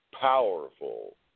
Powerful